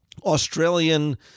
Australian